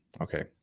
Okay